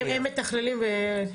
הם נמצאים?